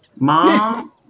mom